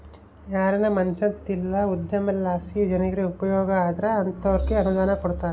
ಯಾರಾನ ಮನ್ಸೇತ ಇಲ್ಲ ಉದ್ಯಮಲಾಸಿ ಜನ್ರಿಗೆ ಉಪಯೋಗ ಆದ್ರ ಅಂತೋರ್ಗೆ ಅನುದಾನ ಕೊಡ್ತಾರ